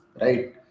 right